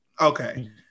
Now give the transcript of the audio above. okay